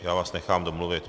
Já vás nechám domluvit.